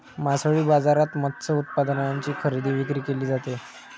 मासळी बाजारात मत्स्य उत्पादनांची खरेदी विक्री केली जाते